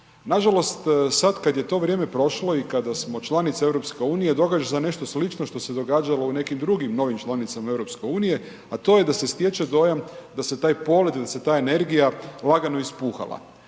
Nažalost sada kada je to vrijeme prošlo i kada smo članica EU događa se nešto slično što se događalo u nekim drugim novim članicama EU a to je da se stječe dojam da se taj polet, da se ta energija lagano ispuhala.